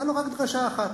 היתה לו רק דרשה אחת,